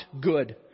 good